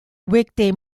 weekday